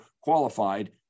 qualified